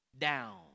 down